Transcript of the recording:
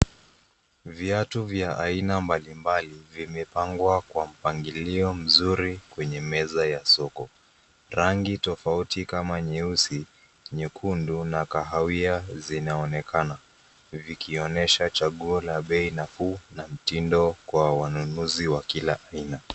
Viatu vya aina mbalimbali vimepangwa kwa mpangilio mzuri kwenye meza ya soko. Rangi tofauti kama nyeusi, nyekundu na kahawia zinaonekana, vikionyesha chaguo la bei nafuu na mtindo kwa wanunuzi wa kila aina.